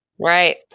Right